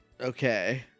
okay